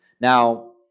Now